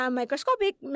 microscopic